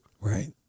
Right